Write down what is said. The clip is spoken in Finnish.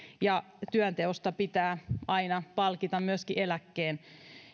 ja työnteosta pitää aina palkita myöskin eläkkeen